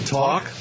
talk